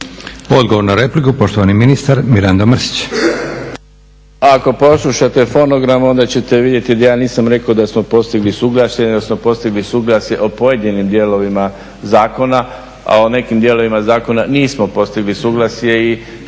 Odgovor na repliku, poštovani ministar Mirando Mrsić.